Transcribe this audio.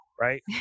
right